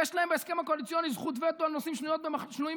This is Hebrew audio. יש להם בהסכם הקואליציוני זכות וטו על נושאים שנויים במחלוקת.